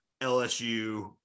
LSU